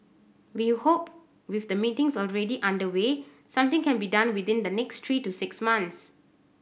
we hope with the meetings already underway something can be done within the next three to six months